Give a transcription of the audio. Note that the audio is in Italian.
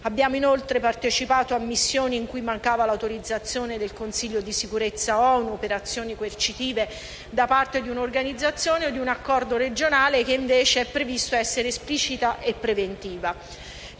Abbiamo inoltre partecipato a missioni in cui mancava l'autorizzazione del Consiglio di sicurezza ONU per azioni coercitive da parte di un'organizzazione o di un accordo regionale che invece è previsto essere esplicita e preventiva.